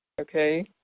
okay